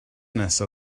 nesa